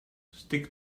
stick